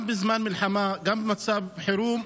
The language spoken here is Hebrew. גם בזמן מלחמה, גם במצב חירום,